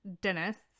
dentists